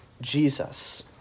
Jesus